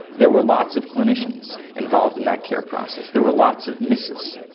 there were lots of clinicians involved in that care process, there were lots of misses.